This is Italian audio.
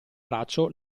braccio